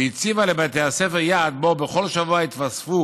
שהציבה לבתי הספר יעד שבו בכל שבוע יתווספו